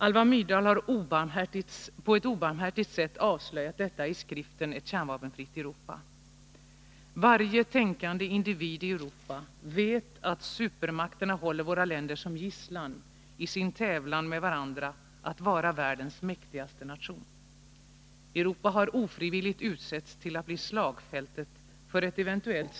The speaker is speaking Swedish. Alva Myrdal har på ett obarmhärtigt sätt avslöjat detta i skriften Ett kärnvapenfritt Europa: ”Varje tänkande individ i Europa vet att supermakterna håller våra länder som gisslan i sin tävlan med varandra att vara världens mäktigaste nation —-—-—-. Europa har ofrivilligt utsetts till att bli slagfältet för ett ev.